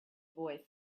boy